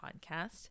podcast